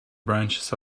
branches